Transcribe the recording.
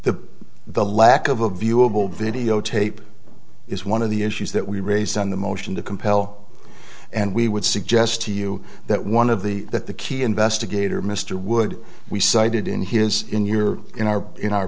the the lack of a viewable videotape is one of the issues that we raised on the motion to compel and we would suggest to you that one of the that the key investigator mr wood we sighted in his in your in our in our